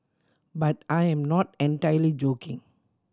but I am not entirely joking